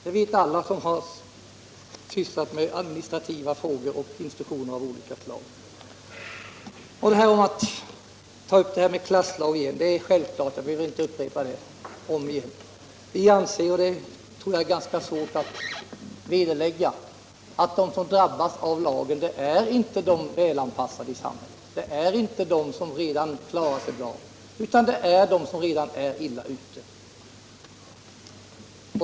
Det vet alla som har sysslat med administrativa frågor och instruktioner av olika slag. Om vi sedan skall ta upp det här med klasslag igen kan jag bara säga att vi anser att det är en klasslag, och det är ganska svårt att vederlägga att de som drabbas av lagen inte är de välanpassade i samhället. Det är inte de som redan klarat sig bra utan det är de som redan är illa ute.